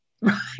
Right